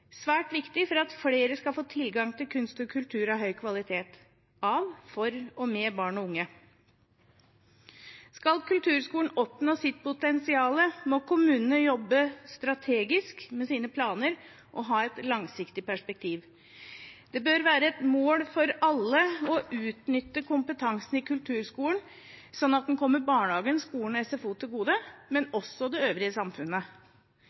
svært viktig for at flere skal få tilgang til kunst og kultur av høy kvalitet – av, for og med barn og unge. Skal kulturskolen oppnå sitt potensial, må kommunene jobbe strategisk med sine planer og ha et langsiktig perspektiv. Det bør være et mål for alle å utnytte kompetansen i kulturskolen slik at den kommer barnehagen, skolen og SFO til gode, men også det øvrige samfunnet.